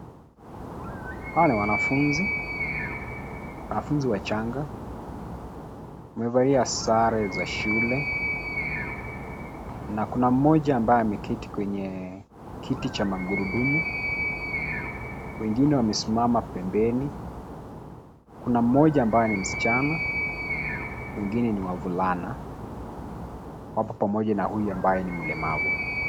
Hawa ni wanafunzi. Wanafunzi wachanga. Wamevalia sare za shule na kuna moja ambaye ameketi kwenye kiti cha magurudumu. Wengine wamesimama pembeni. Kuna mmoja ambaye ni msichana, wengine ni wavulana, wapo pamoja na huyu ambaye ni mlemavu